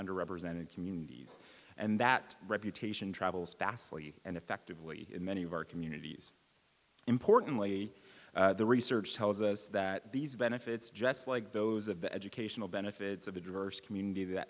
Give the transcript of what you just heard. under represented communities and that reputation travels fast and effectively in many of our communities importantly the research tells us that these benefits just like those of the educational benefits of a diverse community that